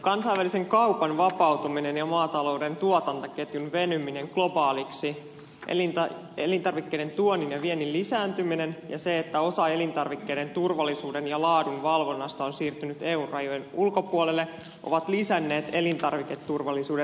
kansainvälisen kaupan vapautuminen ja maatalouden tuotantoketjun venyminen globaaliksi elintarvikkeiden tuonnin ja viennin lisääntyminen ja se että osa elintarvikkeiden turvallisuuden ja laadun valvonnasta on siirtynyt eu rajojen ulkopuolelle ovat lisänneet elintarviketurvallisuuden riskitekijöitä suomessa